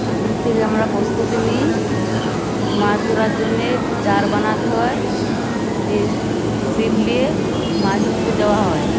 আগের থেকে আমরা প্রস্তুতি নিই মাছ ধরার জন্যে চার বানাতে হয় দিয়ে ছিপ নিয়ে মাছ ধরতে যাওয়া হয়